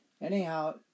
Anyhow